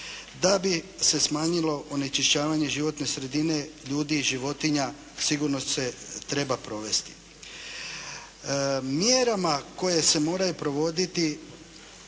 da bi se smanjilo onečišćavanje životne sredine ljudi i životinja, sigurno se treba provesti. Mjerama koje se moraju provoditi